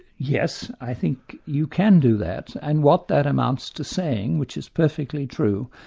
yes, i think you can do that. and what that amounts to saying, which is perfectly true,